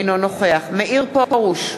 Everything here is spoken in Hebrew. אינו נוכח מאיר פרוש,